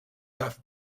have